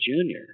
junior